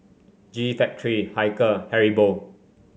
G Factory Hilker Haribo